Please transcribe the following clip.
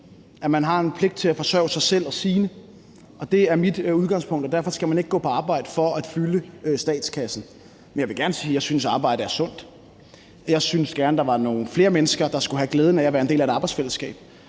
at man har en pligt til at forsørge sig selv og sine. Det er mit udgangspunkt, og derfor skal man ikke gå på arbejde for at fylde statskassen. Men jeg vil gerne sige, at jeg synes, at det at arbejde er sundt. Jeg synes, at der gerne skulle være nogle flere mennesker, der skulle have glæden af at være en del af et arbejdsfællesskab,